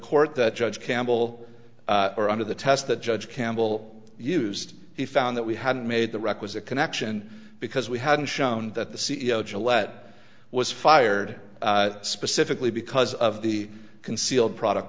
court that judge campbell or under the test the judge campbell used he found that we hadn't made the requisite connection because we hadn't shown that the c e o gillette was fired specifically because of the concealed product